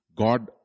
God